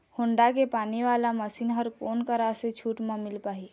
Honda के पानी वाला मशीन हर कोन करा से छूट म मिल पाही?